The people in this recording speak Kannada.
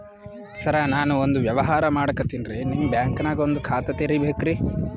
ಸರ ನಾನು ಒಂದು ವ್ಯವಹಾರ ಮಾಡಕತಿನ್ರಿ, ನಿಮ್ ಬ್ಯಾಂಕನಗ ಒಂದು ಖಾತ ತೆರಿಬೇಕ್ರಿ?